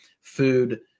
food